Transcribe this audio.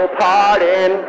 pardon